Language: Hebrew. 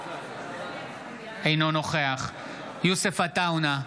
אינו נוכח יוסף עטאונה,